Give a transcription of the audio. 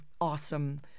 awesome